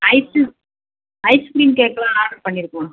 ice ice cream கேக்குலாம் order பண்ணியிருக்கோம்